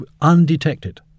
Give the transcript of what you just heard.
undetected